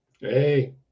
Hey